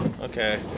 okay